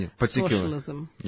socialism